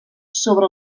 sobre